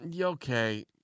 Okay